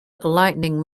lightning